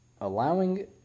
allowing